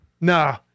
No